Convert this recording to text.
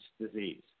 disease